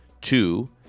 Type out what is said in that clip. Two